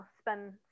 spend